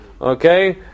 Okay